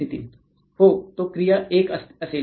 नितीन हो ती क्रिया 1 असेल